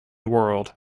world